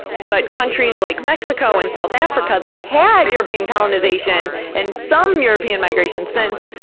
but countries like mexico and south africa that had european colonization, and some european migration since,